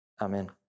Amen